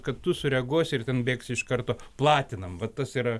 kad tu sureaguosi ir ten bėgsi iš karto platinam va tas yra